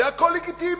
זה הכול לגיטימי,